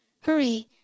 Hurry